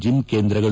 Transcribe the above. gym ಕೇಂದ್ರಗಳು